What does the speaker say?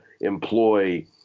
employ